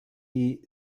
die